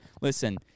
listen